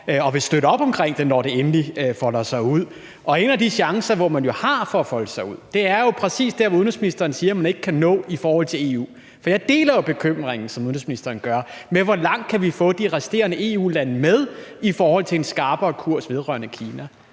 og vil støtte op omkring det, når det endelig folder sig ud. Én af de chancer, man jo har for at folde sig ud, er jo præcis det, som udenrigsministeren siger at man ikke kan nå i forhold til EU. For jeg deler jo bekymringen, som udenrigsministeren har, om, hvor langt vi kan få de resterende EU-lande med i forhold til en skarpere kurs vedrørende Kina.